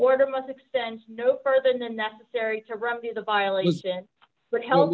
warder must expense no further than necessary to remedy the violation but hel